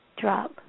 drop